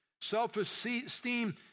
Self-esteem